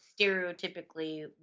stereotypically